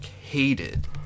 hated